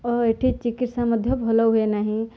ଓ ଏଠି ଚିକିତ୍ସା ମଧ୍ୟ ଭଲ ହୁଏ ନାହିଁ